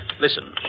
Listen